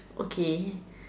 okay